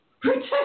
protect